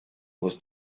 was